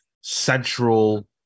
central